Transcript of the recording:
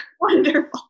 wonderful